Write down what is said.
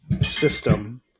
system